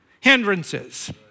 hindrances